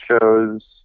shows